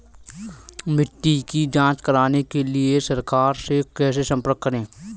मिट्टी की जांच कराने के लिए सरकार से कैसे संपर्क करें?